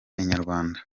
inyarwanda